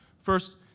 First